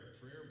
prayer